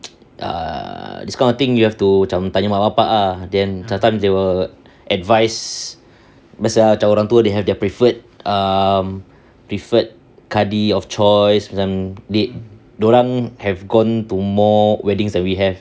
err this kind of thing you have to macam mak bapa ah then sometimes they will advise biasa ah macam orang tua they have their preferred um preferred kadi of choice macam they dorang have gone to more weddings that we have